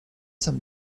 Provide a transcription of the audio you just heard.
some